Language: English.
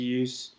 use